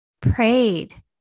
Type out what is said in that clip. prayed